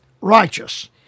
righteous